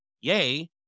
Yay